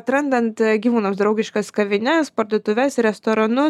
atrandant gyvūnams draugiškas kavines parduotuves restoranus